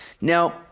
Now